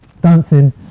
dancing